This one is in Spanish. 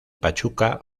pachuca